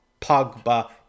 Pogba